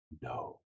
No